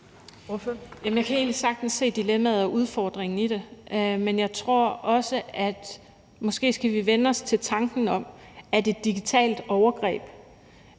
Jeg kan egentlig sagtens se dilemmaet og udfordringen i det, men jeg tror også, at vi måske skal vænne os til tanken om, at et digitalt overgreb